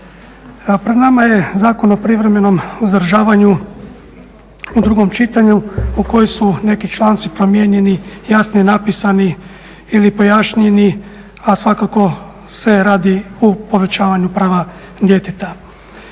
Pred nama je Zakon o privremenom uzdržavanju u drugom čitanju u kojem su neki članci promijenjeni, jasnije napisani ili pojašnjeni, a svakako se radi o povećavanju prava djeteta.